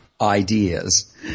ideas